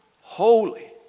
holy